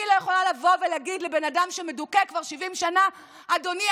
אני לא יכולה להגיד לאדם שמדוכא כבר 70 שנה: אדוני,